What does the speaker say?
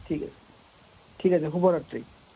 ঠিক আছে ঠিক আছে শুভৰাত্ৰি